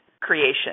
creation